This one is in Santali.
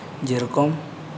ᱡᱮᱨᱚᱠᱚᱢ